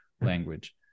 language